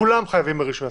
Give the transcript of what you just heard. כולם חייבים ברישוי עסקים.